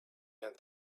and